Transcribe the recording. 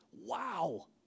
Wow